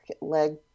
leg